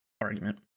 argument